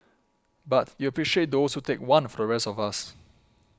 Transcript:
but you appreciate those who take one for the rest of us